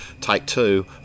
take-two